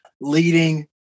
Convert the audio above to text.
leading